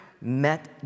met